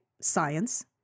Science